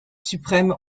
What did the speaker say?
suprême